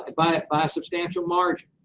and by ah by a substantial margin.